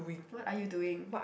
what are you doing